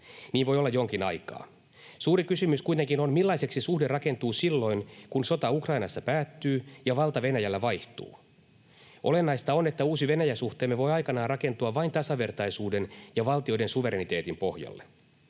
Niin voi olla jonkin aikaa. Suuri kysymys kuitenkin on, millaiseksi suhde rakentuu silloin, kun sota Ukrainassa päättyy ja valta Venäjällä vaihtuu. Olennaista on, että uusi Venäjä-suhteemme voi aikanaan rakentua vain tasavertaisuuden ja valtioiden suvereniteetin pohjalle.